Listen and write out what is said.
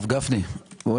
יש